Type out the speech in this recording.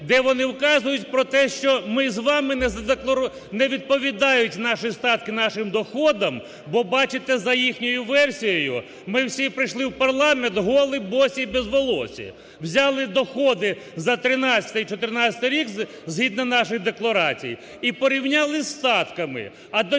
де вони вказують про те, що ми з вами не задекларували… не відповідають наші статки нашим доходам, бо, бачите, за їхньою версією, ми всі прийшли в парламент голі, босі і безволоссі. Взяли доходи на 13-й і 14-й рік, згідно наших декларацій, і порівнялись статками. А